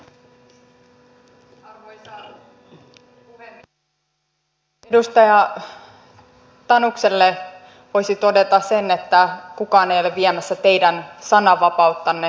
edustaja tanukselle voisi todeta sen että kukaan ei ole viemässä teidän sananvapauttanne